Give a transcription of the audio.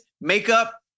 makeup